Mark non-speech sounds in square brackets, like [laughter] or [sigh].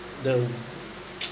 the [noise]